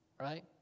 Right